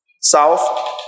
south